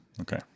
Okay